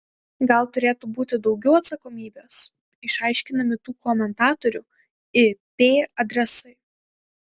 gal turėtų būti daugiau atsakomybės išaiškinami tų komentatorių ip adresai